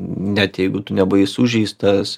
net jeigu tu nebuvai sužeistas